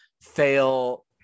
fail